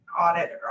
audit